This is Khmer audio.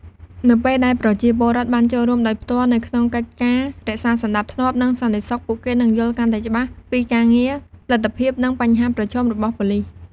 នៅពេលដែលប្រជាពលរដ្ឋបានចូលរួមដោយផ្ទាល់នៅក្នុងកិច្ចការរក្សាសណ្តាប់ធ្នាប់ និងសន្តិសុខ ពួកគេនឹងយល់កាន់តែច្បាស់ពីការងារ លទ្ធភាព និងបញ្ហាប្រឈមរបស់ប៉ូលិស។